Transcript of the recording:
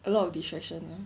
a lot of distraction lor